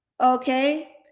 Okay